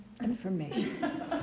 information